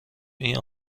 این